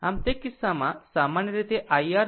આમ તે કિસ્સામાં સામાન્ય રીતે IR V R કહો